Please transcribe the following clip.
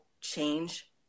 change